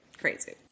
Crazy